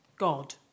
God